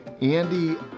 Andy